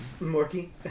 Morky